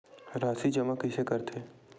राशि जमा कइसे करथे?